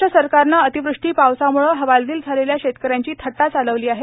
महाराष्ट्र सरकारने अतिवृष्टी पावसामुळे हवालदिल झालेल्या शेतकऱ्यांची थट्टा चालविली आहे